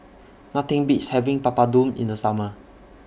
Nothing Beats having Papadum in The Summer